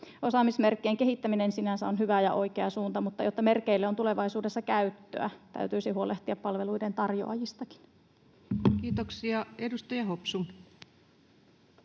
Osaamismerkkien kehittäminen sinänsä on hyvä ja oikea suunta, mutta jotta merkeille on tulevaisuudessa käyttöä, täytyisi huolehtia palveluiden tarjoajistakin. Kiitoksia. — Edustaja Hopsu.